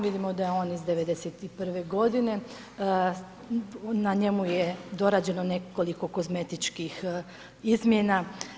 Vidimo da je on iz '91. godine, na njemu je dorađeno nekoliko kozmetičkih izmjena.